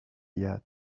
yet